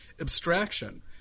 abstraction